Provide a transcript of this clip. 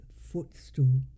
footstool